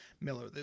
Miller